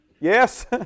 yes